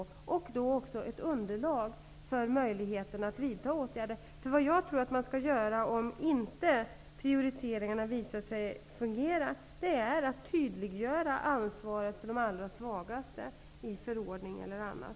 Det ger oss också ett underlag för att vidta åtgärder. Om prioriteringarna inte fungerar får man tydliggöra ansvaret för de allra svagaste genom förordning eller annat.